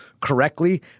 correctly